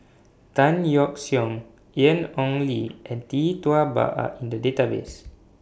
Tan Yeok Seong Ian Ong Li and Tee Tua Ba Are in The Database